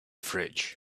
fridge